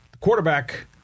Quarterback